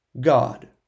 God